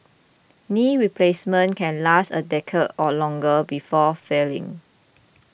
knee replacements can last a decade or longer before failing